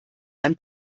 ein